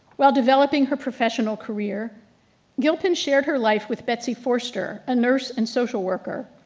while developing her professional career gilpin shared her life with betsy forster, a nurse and social worker.